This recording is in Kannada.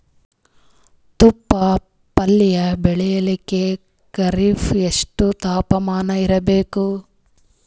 ತೊಪ್ಲ ಪಲ್ಯ ಬೆಳೆಯಲಿಕ ಖರೀಫ್ ಎಷ್ಟ ತಾಪಮಾನ ಇರಬೇಕು?